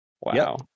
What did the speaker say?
wow